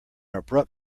abrupt